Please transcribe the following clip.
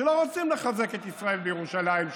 שלא רוצים לחזק את ישראל וירושלים,